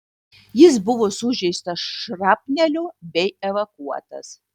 jis buvo sužeistas šrapnelio bei evakuotas